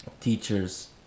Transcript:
teachers